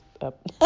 up